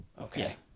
Okay